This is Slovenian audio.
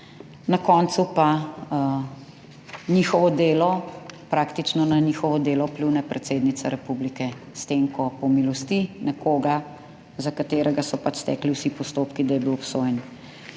Na koncu pa njihovo delo, praktično na njihovo delo pljune predsednica republike, s tem ko pomilosti nekoga, za katerega so pač stekli vsi postopki, da je bil obsojen.